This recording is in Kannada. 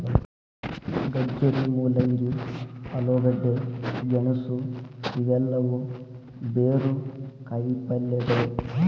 ಗಜ್ಜರಿ, ಮೂಲಂಗಿ, ಆಲೂಗಡ್ಡೆ, ಗೆಣಸು ಇವೆಲ್ಲವೂ ಬೇರು ಕಾಯಿಪಲ್ಯಗಳು